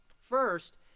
First